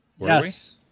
yes